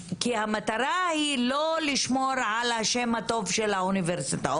המטרה היא לא לשמור על השם הטוב של האוניברסיטאות,